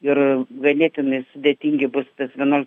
ir ganėtinai sudėtingi bus tas vienuoliktoj